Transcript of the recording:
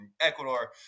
Ecuador